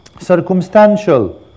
circumstantial